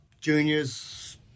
juniors